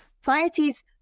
societies